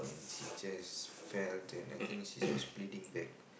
she just fell then I think she was bleeding back